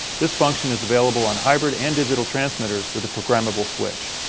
this function is available on hybrid and digital transmitters with a programmable switch.